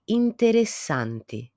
interessanti